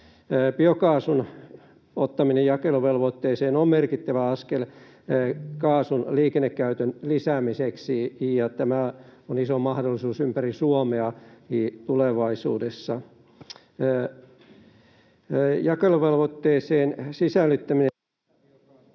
Biokaasun ottaminen jakeluvelvoitteiseen on merkittävä askel kaasun liikennekäytön lisäämiseksi, ja tämä on iso mahdollisuus ympäri Suomea tulevaisuudessa. Jakeluvelvoitteeseen sisällyttäminen...